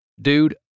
Dude